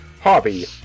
Hobby